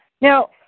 Now